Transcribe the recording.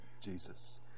Jesus